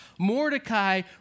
Mordecai